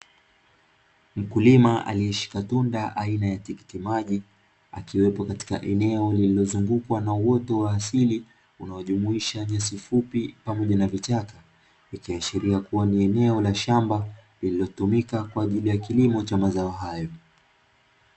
Mkulima aliyeshika tunda aina ya tikiti maji, akiwepo katika eneo lililozungukwa na uoto wa asili unaojumuisha nyasi fupi pamoja na vichaka. Ikiashiria kuwa ni eneo la shamba lililotumika kwa ajili ya kilimo cha mazao hayo.